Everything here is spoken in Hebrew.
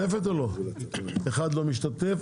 1 לא משתתף.